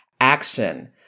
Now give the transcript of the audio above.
action